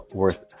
worth